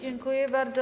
Dziękuję bardzo.